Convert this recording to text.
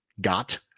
got